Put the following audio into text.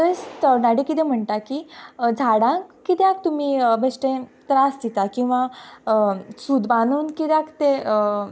तर तरणाटे किदें म्हणटा की झाडांक किद्याक तुमी बेश्टें त्रास दिता किंवां सूत बांदून किद्याक तें